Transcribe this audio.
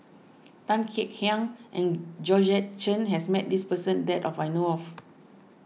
Tan Kek Hiang and Georgette Chen has met this person that I know of